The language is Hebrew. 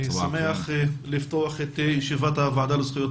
אני שמח לפתוח את ישיבת הוועדה לזכויות